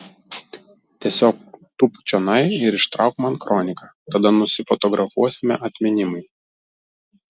tiesiog tūpk čionai ir ištrauk man kroniką tada nusifotografuosime atminimui